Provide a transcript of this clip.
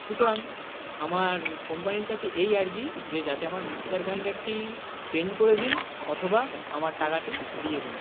সুতরাং আমার কোম্পানির কাছে এই আর্জি যে যাতে আমার মিক্সার গ্রাইন্ডারটি চেঞ্জ করে দিন অথবা আমার টাকাটি ফিরিয়ে দিন